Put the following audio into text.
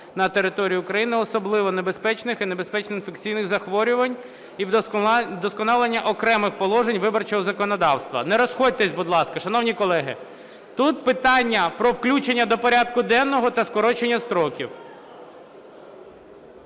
на території України особливо небезпечних і небезпечних інфекційних захворювань, та вдосконалення окремих положень виборчого законодавства. Не розходьтесь, будь ласка, шановні колеги. Тут питання про включення до порядку денного та скорочення строків.